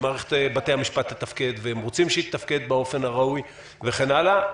שמערכת בתי המשפט תתפקד באופן הראוי וכן הלאה,